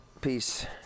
Peace